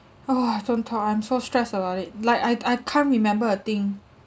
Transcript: !oho! don't talk I'm so stressed about it like I I can't remember a thing